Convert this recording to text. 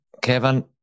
Kevin